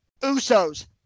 Usos